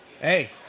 hey